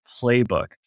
playbook